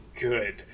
good